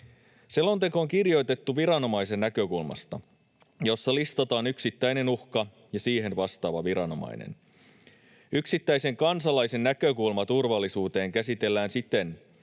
Selonteko on kirjoitettu viranomaisen näkökulmasta: listataan yksittäinen uhka ja siihen vastaava viranomainen. Yksittäisen kansalaisen näkökulma turvallisuuteen käsitellään siten,